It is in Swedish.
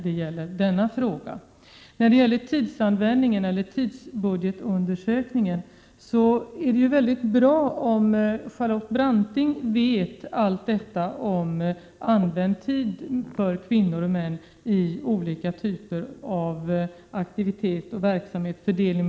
Det är ju bra att Charlotte Branting känner till den s.k. tidsbudgetundersökningen och vet allt om fördelningen mellan kvinnor och män när det gäller förvärvsarbete och hemarbete etc.